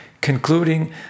concluding